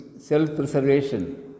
self-preservation